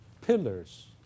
pillars